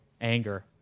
anger